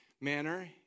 manner